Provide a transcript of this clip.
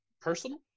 personal